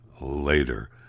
later